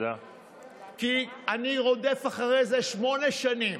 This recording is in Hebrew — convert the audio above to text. אני רודף אחרי זה שמונה שנים,